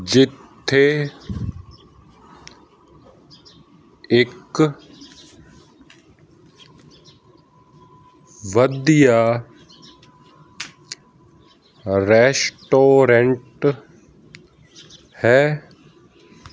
ਜਿੱਥੇ ਇੱਕ ਵਧੀਆ ਰੈਸਟੋਰੈਂਟ ਹੈ